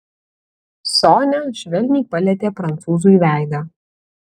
sonia švelniai palietė prancūzui veidą